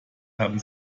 haben